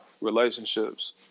relationships